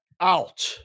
out